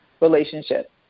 relationship